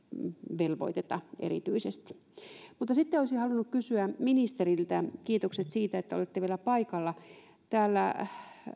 velvoiteta erityisesti sitten olisin halunnut kysyä ministeriltä kiitokset siitä että olette vielä paikalla täällä